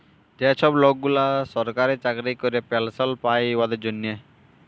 যে ছব লকগুলা সরকারি চাকরি ক্যরে পেলশল পায় উয়াদের জ্যনহে